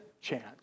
chance